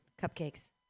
Cupcakes